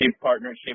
partnership